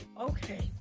okay